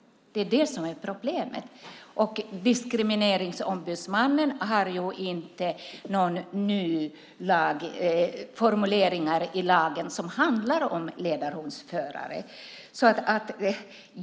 Det är det som är problemet. Diskrimineringsombudsmannen har inte några nya formuleringar i lagen som handlar om ledarhundsförare.